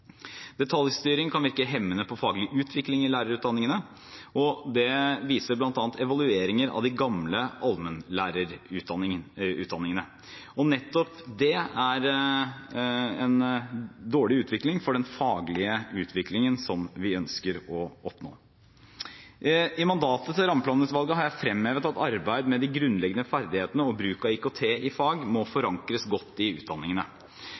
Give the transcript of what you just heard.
Detaljstyring kan virke hemmende på faglig utvikling i lærerutdanningene. Det viser bl.a. evalueringer av de gamle allmennlærerutdanningene. Og nettopp det er en dårlig utvikling for den faglige utviklingen som vi ønsker å oppnå. I mandatet til Rammeplanutvalget har jeg fremhevet at arbeid med de grunnleggende ferdighetene og bruk av IKT i fag må forankres godt i utdanningene.